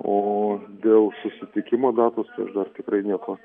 o dėl susitikimo datos tai aš dar tikrai nieko